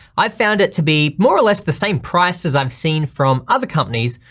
i've found it to be more or less the same price as i've seen from other companies,